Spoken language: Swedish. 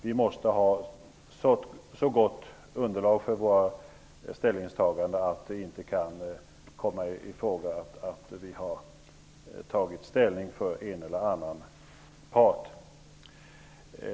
Vi måste ha så gott underlag för våra ställningstaganden att det inte komma i fråga att vi har tagit ställning för en eller annan part.